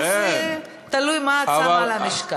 אז תלוי מה את שמה על המשקל.